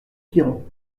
piron